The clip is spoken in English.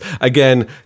again